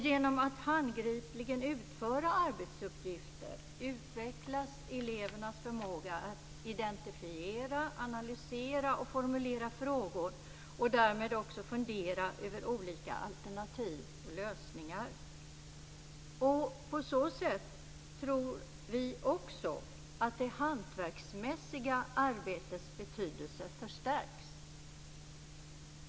Genom att man handgripligen utför arbetsuppgifter utvecklas elevernas förmåga att identifiera, analysera och formulera frågor och därmed också fundera över olika alternativ och lösningar. På så sätt tror vi att det hantverksmässiga arbetets betydelse förstärks.